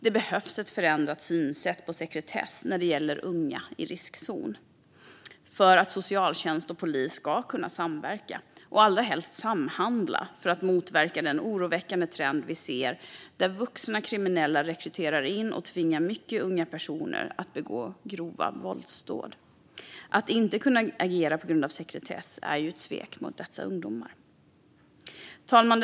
Det behövs ett förändrat synsätt när det gäller sekretess när det handlar om unga i riskzon för att socialtjänst och polis ska kunna samverka och allra helst samhandla för att motverka den oroväckande trend vi ser där vuxna kriminella rekryterar och tvingar mycket unga personer att begå grova våldsdåd. Att inte kunna agera på grund av sekretess är ett svek mot dessa ungdomar. Fru talman!